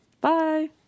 Bye